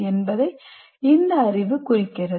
என்பதை இந்த அறிவு குறிக்கிறது